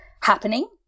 happening